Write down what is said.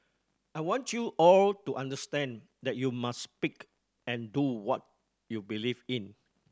I want you all to understand that you must speak and do what you believe in